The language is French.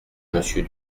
monsieur